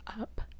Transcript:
up